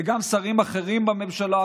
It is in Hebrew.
וגם שרים אחרים בממשלה,